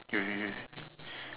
K K K